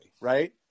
right